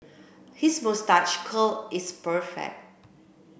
his moustache curl is